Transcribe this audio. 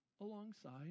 alongside